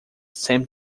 same